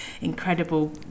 incredible